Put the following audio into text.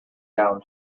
down